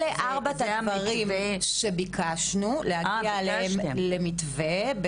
אלה ארבעת הדברים שבקשנו להגיע אליהם למתווה,